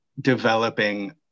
developing